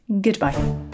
Goodbye